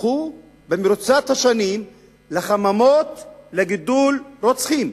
הפכו במרוצת השנים לחממות לגידול רוצחים,